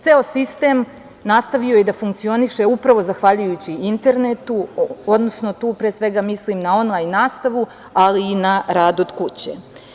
Ceo sistem nastavio je i da funkcioniše upravo zahvaljujući internetu, odnosno tu pre svega mislim na onlajn nastavu, ali i na rad od kuće.